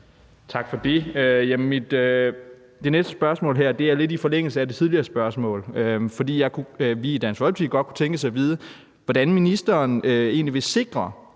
Tak for det. Det næste spørgsmål er lidt i forlængelse af det tidligere spørgsmål. Vi kunne i Dansk Folkeparti godt tænke os at vide, hvordan ministeren egentlig